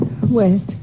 West